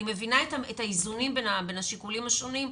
אני מבינה את האיזונים בין השיקולים השונים,